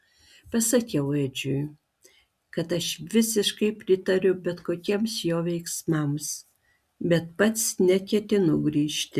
pasakiau edžiui kad aš visiškai pritariu bet kokiems jo veiksmams bet pats neketinu grįžti